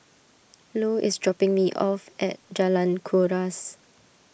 Ilo is dropping me off at Jalan Kuras